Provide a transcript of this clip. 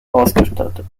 ausgestattet